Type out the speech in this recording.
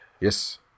Yes